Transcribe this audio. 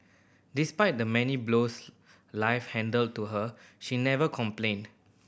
despite the many blows life handed to her she never complained